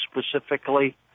specifically